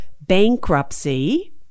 bankruptcy